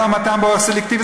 התאמתן באורח סלקטיבי,